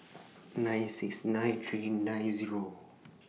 nine six nine three nine Zero